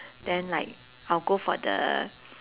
then like I'll go for the